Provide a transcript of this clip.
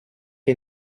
che